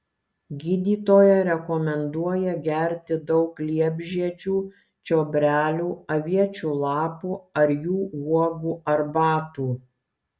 gydytoja rekomenduoja gerti daug liepžiedžių čiobrelių aviečių lapų ar jų uogų arbatų